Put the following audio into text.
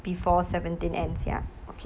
before seventeen ends ya okay